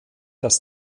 dass